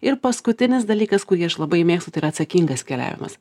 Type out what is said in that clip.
ir paskutinis dalykas kurį aš labai mėgstu tai yra atsakingas keliavimas